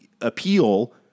appeal